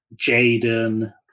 Jaden